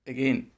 Again